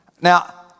Now